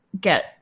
get